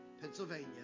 Pennsylvania